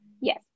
yes